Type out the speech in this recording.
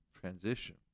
transition